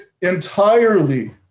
entirely